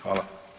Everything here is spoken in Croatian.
Hvala.